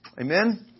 Amen